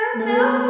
No